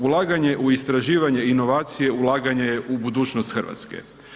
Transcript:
Ulaganje u istraživanje i inovacije je ulaganje u budućnost Hrvatske.